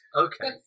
Okay